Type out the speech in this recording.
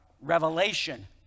revelation